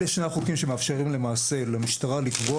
אלה שני החוקים שמאפשרים למעשה למשטרה לקבוע